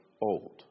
old